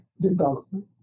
Development